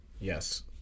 Yes